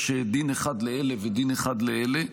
יש דין אחד לאלה ודין אחד לאלה.